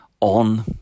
on